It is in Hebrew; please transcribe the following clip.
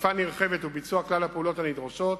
אכיפה נרחבת וביצוע כלל הפעולות הנדרשות,